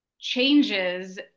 changes